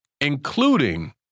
including